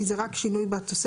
כי זה רק שינוי בתוספת,